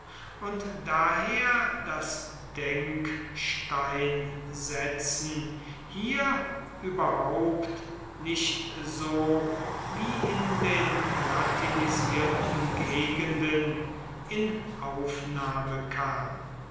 und daher das denksteinsetzen hier überhaupt nicht so wie in den latinisierten gegenden in aufnahme kam